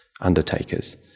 undertakers